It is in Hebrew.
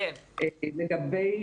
לגבי